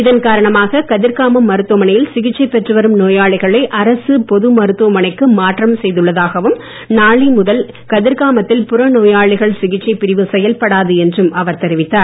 இதன் காரணமாக கதிர்காமம் மருத்துவமனையில் சிகிச்சை பெற்று வரும் நோயாளிகளை அரசு பொது மருத்துவமனைக்கு மாற்றம் செய்துள்ளதாகவும் நாளை முதல் கதிர்காமத்தில் புறநோயாளிகள் சிகிச்சைப் பிரிவு செயல்படாது என்றும் அவர் தெரிவித்தார்